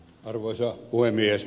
arvoisa puhemies